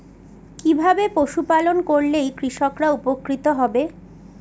কিভাবে পশু পালন করলেই কৃষকরা উপকৃত হবে?